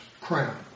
crown